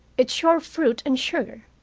it's your fruit and sugar.